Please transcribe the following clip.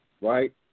Right